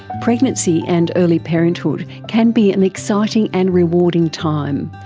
pregnancy and early parenthood can be an exciting and rewarding time,